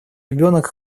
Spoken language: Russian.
ребенок